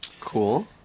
Cool